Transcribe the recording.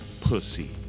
Pussy